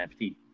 nft